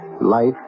life